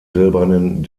silbernen